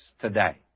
today